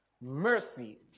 Mercy